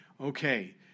Okay